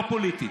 לא פוליטית.